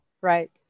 Right